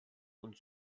und